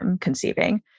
conceiving